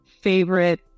favorite